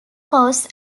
cause